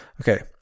Okay